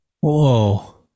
Whoa